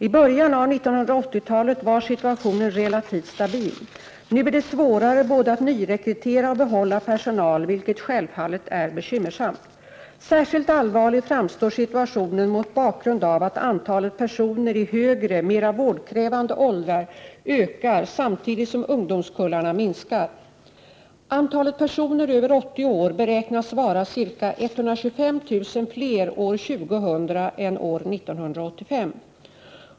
I början av 1980-talet var situationen relativt stabil. Nu är det svårare att både nyrekrytera och behålla personal, vilket självfallet är bekymmersamt. Särskilt allvarlig framstår situationen mot bakgrund av att antalet personer är högre, mera vårdkrävande åldrar ökar samtidigt som ungdomskullarna minskar. Antalet personer över 80 år beräknas vara ca 125 000 fler år 2000 än år 1985.